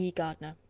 yeah gardiner.